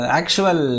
actual